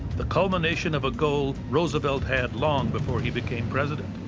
the culmination of a goal roosevelt had long before he became president.